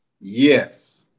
Yes